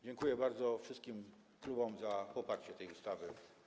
Dziękuję bardzo wszystkim klubom za poparcie tej ustawy.